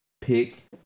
pick